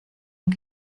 and